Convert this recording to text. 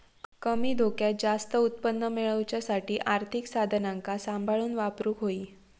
कमी धोक्यात जास्त उत्पन्न मेळवच्यासाठी आर्थिक साधनांका सांभाळून वापरूक होई